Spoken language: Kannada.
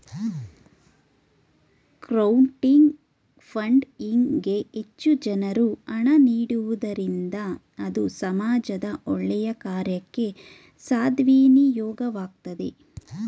ಕ್ರೌಡಿಂಗ್ ಫಂಡ್ಇಂಗ್ ಗೆ ಹೆಚ್ಚು ಜನರು ಹಣ ನೀಡುವುದರಿಂದ ಅದು ಸಮಾಜದ ಒಳ್ಳೆಯ ಕಾರ್ಯಕ್ಕೆ ಸದ್ವಿನಿಯೋಗವಾಗ್ತದೆ